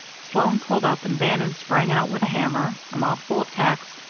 sloan pulled up and bannon sprang out with a hammer, a mouthful of tacks,